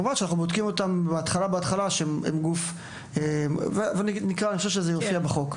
כמובן שאנחנו בודקים אותם בהתחלה, וזה יופיע בחוק.